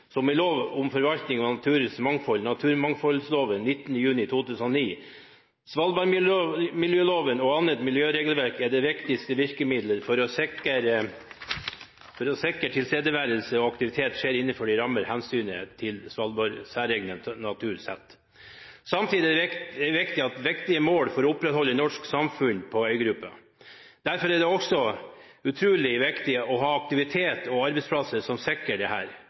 som i lov om forvaltning av naturmangfold – naturmangfoldloven av 19. juni 2009. Svalbardmiljøloven og annet miljøregelverk er det viktigste virkemidlet for å sikre at tilstedeværelse og aktivitet skjer innenfor de rammer hensynet til Svalbards særegne natur setter. Samtidig er det et viktig mål å opprettholde et norsk samfunn på øygruppa. Derfor er det også utrolig viktig å ha aktivitet og arbeidsplasser som sikrer